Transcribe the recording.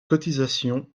cotisations